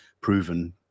proven